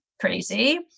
crazy